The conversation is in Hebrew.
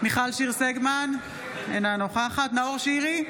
מיכל שיר סגמן, אינה נוכחת נאור שירי,